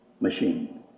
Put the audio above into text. machine